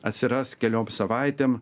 atsiras keliom savaitėm